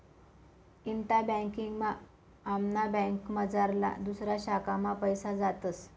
इंटा banking मा आमना बँकमझारला दुसऱा शाखा मा पैसा जातस